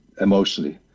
emotionally